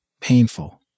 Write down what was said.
painful